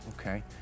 Okay